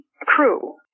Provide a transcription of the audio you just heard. crew